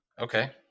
Okay